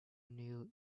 neil